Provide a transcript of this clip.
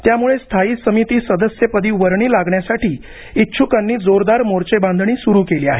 त्यामुळे स्थायी समिती सदस्यपदी वर्णी लागण्यासाठी इच्छुकांनी जोरदार मोर्चेबांधणी सुरू केली आहे